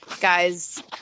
Guys